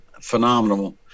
phenomenal